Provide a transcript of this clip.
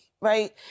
right